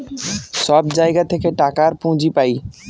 সব জায়গা থেকে টাকার পুঁজি পাই